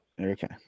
okay